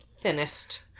thinnest